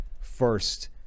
first –